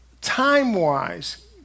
time-wise